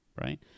right